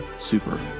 Super